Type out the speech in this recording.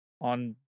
on